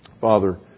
Father